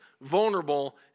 vulnerable